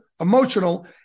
emotional